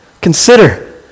consider